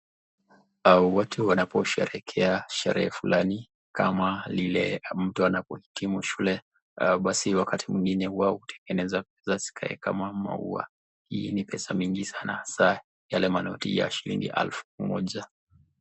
Watu wanaposherehekea sherehe fulani kama ile mtu anapohitimu shule basi wakati mwingine wao hutengeneza pesa zikae kama mau. Hii ni pesa mingi sana za yale manoti ya shilingi elfu moja.